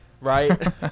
Right